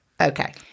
okay